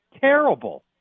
terrible